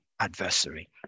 adversary